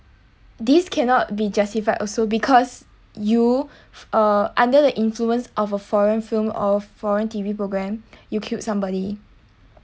this cannot be justified also because you uh under the influence of a foreign film of foreign T_V program you killed somebody